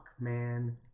man